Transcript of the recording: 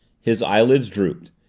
his eyelids drooped.